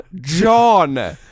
John